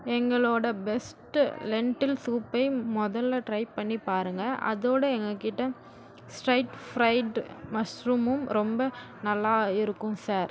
எங்களோட best lentil சூப்பை மொதலில் ட்ரை பண்ணி பாருங்கள் அதோட எங்கள்கிட்ட ஸ்ட்ரைட் ஃப்ரைடு மஷ்ரூமும் ரொம்ப நல்லா இருக்கும் சார்